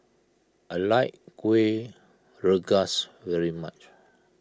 I like Kueh Rengas very much